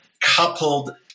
coupled